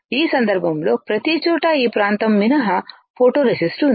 ఈ సందర్భంలో ప్రతిచోటా ఈ ప్రాంతం మినహా ఫోటోరేసిస్ట్ ఉంది